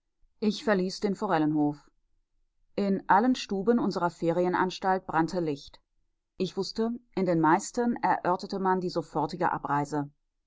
ich verließ den forellenhof in allen stuben unserer ferienanstalt brannte licht ich wußte in den meisten erörterte man die sofortige abreise